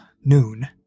noon